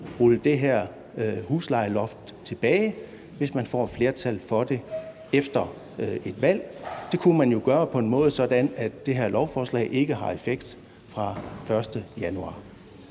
rulle det her huslejeloft tilbage, hvis man får et flertal for det efter et valg? Det kunne man jo gøre på en måde, sådan at det her lovforslag ikke har effekt fra 1. januar.